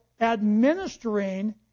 administering